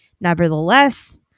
Nevertheless